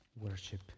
worship